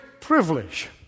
privilege